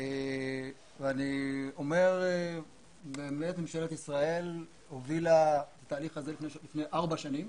ואני אומר שבאמת ממשלת ישראל הובילה את התהליך הזה לפני ארבע שנים